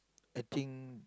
I think